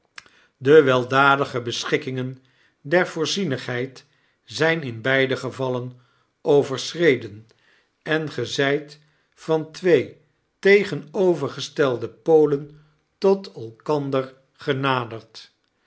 de weldadige bescbikkimgen dear voorzienigheid zijn in beide gevallen overschreden en ge zijt van twee fcegenovergestelde polen tot elkander geoaderd